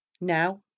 Now